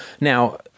Now